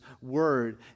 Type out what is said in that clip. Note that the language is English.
word